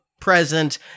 present